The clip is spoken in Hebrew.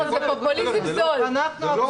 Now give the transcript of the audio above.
בסדר,